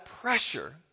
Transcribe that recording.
pressure